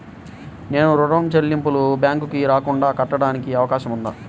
నేను ఋణం చెల్లింపులు బ్యాంకుకి రాకుండా కట్టడానికి అవకాశం ఉందా?